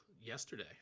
Yesterday